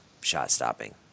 shot-stopping